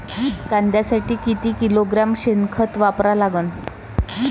कांद्यासाठी किती किलोग्रॅम शेनखत वापरा लागन?